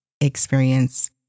experience